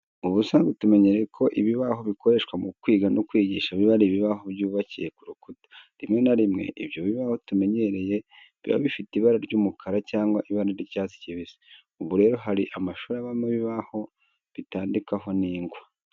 Ubusanzwe tumenyereye ko ibibaho bikoreshwa mu kwiga no kwigisha biba ari ibibaho byubakiye ku gikuta, rimwe na rimwe ibyo bibaho tumenyereye biba bifite ibara ry'umukara cyangwa ibara ry'icyatsi kibisi. Ubu rero hari amashuri abamo ibibaho bitandikwaho n'ingwa.